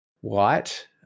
white